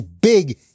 big